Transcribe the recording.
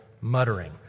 muttering